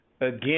Again